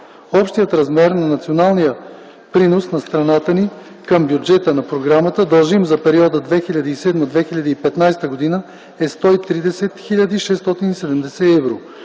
Общият размер на националния принос на страната ни към бюджета на програмата, дължим за периода 2007-2015 г., е 130 хил. 670 евро,